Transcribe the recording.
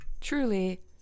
truly